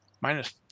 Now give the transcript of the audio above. minus